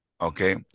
Okay